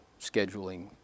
scheduling